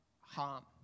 harm